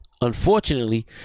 Unfortunately